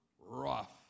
rough